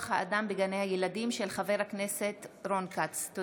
הכנסת רון כץ בנושא: מצוקת כוח האדם בגני הילדים.